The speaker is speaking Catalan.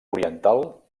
oriental